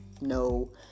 no